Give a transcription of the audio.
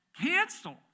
cancel